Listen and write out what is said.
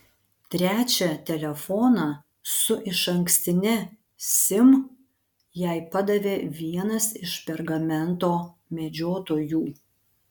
trečią telefoną su išankstine sim jai padavė vienas iš pergamento medžiotojų